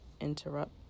interrupt